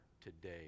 today